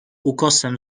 ukosem